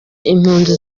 impunzi